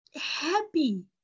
happy